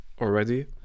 already